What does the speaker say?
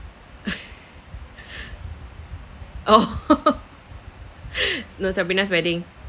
oh no sabrina's wedding